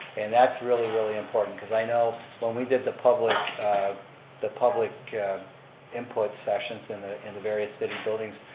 and that's really, really important cause i know when we did the public the public input sessions in the in the various city buildings,